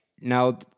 Now